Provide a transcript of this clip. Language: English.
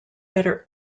better